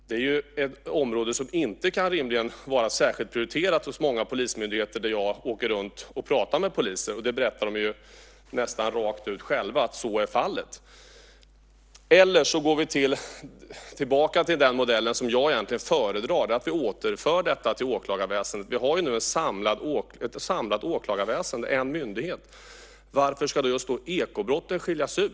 Detta är ett område som rimligen inte kan vara särskilt prioriterat hos många polismyndigheter där jag åker runt och pratar med poliser. De berättar också nästan rakt ut själva att så är fallet. Eller så går vi tillbaka till den modell som jag egentligen föredrar, nämligen att återföra detta till åklagarväsendet. Vi har ju nu ett samlat åklagarväsende med en myndighet. Varför ska då just ekobrotten skiljas ut?